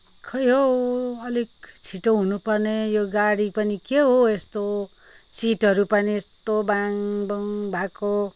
खोइ हो अलिक छिटो हुनुपर्ने यो गाडी पनि के हौ यस्तो सिटहरू पनि यस्तो बाङबुङ भएको